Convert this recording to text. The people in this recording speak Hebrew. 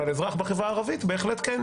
אבל אזרח בחברה הערבית בהחלט כן,